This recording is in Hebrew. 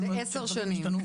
לעשר שנים.